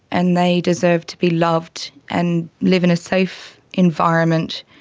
and they deserve to be loved and live in a safe environment.